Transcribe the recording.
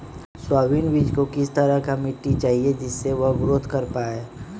Soybean बीज को किस तरह का मिट्टी चाहिए जिससे वह ग्रोथ कर पाए?